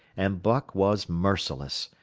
and buck was merciless.